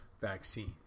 vaccine